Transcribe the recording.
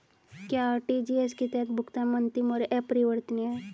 क्या आर.टी.जी.एस के तहत भुगतान अंतिम और अपरिवर्तनीय है?